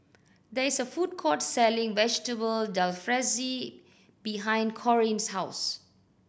there is a food court selling Vegetable Jalfrezi behind Corrine's house